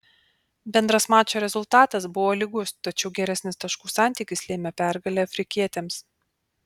bendras mačo rezultatas buvo lygus tačiau geresnis taškų santykis lėmė pergalę afrikietėms